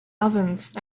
ovens